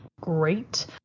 great